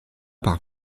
par